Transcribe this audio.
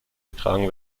getragen